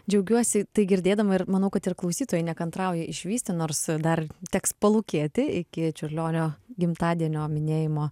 džiaugiuosi tai girdėdama ir manau kad ir klausytojai nekantrauja išvysti nors dar teks palūkėti iki čiurlionio gimtadienio minėjimo